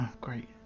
great